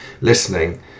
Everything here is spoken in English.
listening